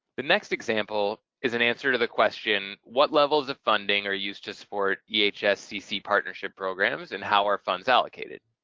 the next example is an answer to the question, what levels of funding are used to support ehs-cc partnership programs and how are funds allocated?